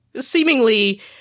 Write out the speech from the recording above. seemingly